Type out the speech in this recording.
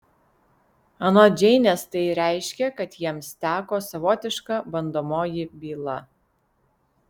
anot džeinės tai reiškia kad jiems teko savotiška bandomoji byla